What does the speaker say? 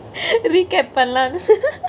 recap பன்லானு:panlaanu